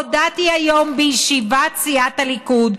היום בישיבת סיעת הליכוד,